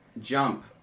jump